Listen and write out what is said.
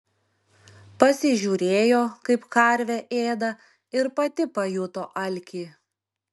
pasižiūrėjo kaip karvė ėda ir pati pajuto alkį